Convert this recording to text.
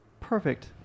Perfect